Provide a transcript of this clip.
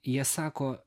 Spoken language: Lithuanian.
jie sako